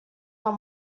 are